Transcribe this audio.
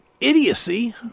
idiocy